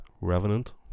Revenant